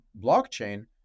blockchain